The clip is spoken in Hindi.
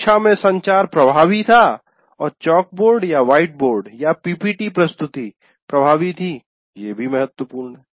कक्षा में संचार प्रभावी था और चॉकबोर्ड या व्हाइटबोर्ड या पीपीटी प्रस्तुति प्रभावी थी ये भी महत्वपूर्ण है